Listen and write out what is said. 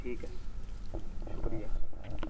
ٹھیک ہے شکریہ